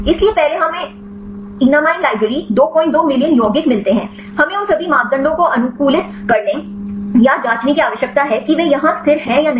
इसलिए पहले हमें एनमाइन लाइब्रेरी 22 मिलियन यौगिक मिलते हैं हमें उन सभी मापदंडों को अनुकूलित करने या जांचने की आवश्यकता है की वह यहाँ स्थिर है या नहीं